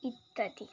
ইত্যাদি